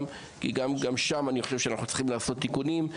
גם שם אני חושב שאנחנו צריכים לעשות תיקונים.